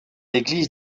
église